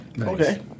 Okay